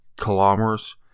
kilometers